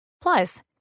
Plus